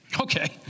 Okay